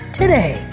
today